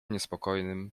niespokojnym